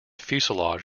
fuselage